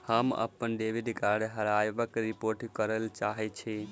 हम अप्पन डेबिट कार्डक हेराबयक रिपोर्ट करय चाहइत छि